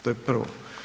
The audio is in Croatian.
To je prvo.